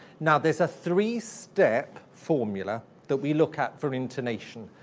now, there's a three-step formula that we look at for intonation,